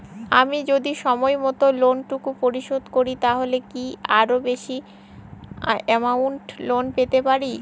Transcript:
আমি যদি সময় মত লোন টুকু পরিশোধ করি তাহলে কি আরো বেশি আমৌন্ট লোন পেতে পাড়ি?